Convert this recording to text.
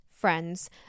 friends